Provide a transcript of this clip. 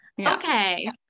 Okay